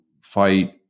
fight